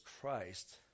Christ